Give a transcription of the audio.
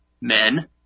men